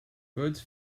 birds